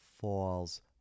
falls